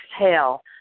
exhale